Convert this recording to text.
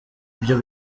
ibyo